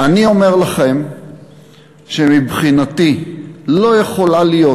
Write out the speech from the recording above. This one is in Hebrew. אני אומר לכם שמבחינתי לא יכולה להיות